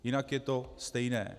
Jinak je to stejné.